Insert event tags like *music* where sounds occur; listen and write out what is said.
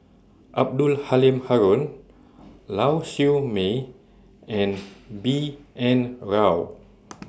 Abdul Halim Haron Lau Siew Mei and *noise* B N Rao *noise*